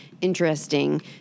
interesting